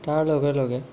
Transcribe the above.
তাৰ লগে লগে